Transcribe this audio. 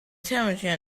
cemetery